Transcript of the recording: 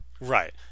Right